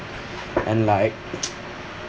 and like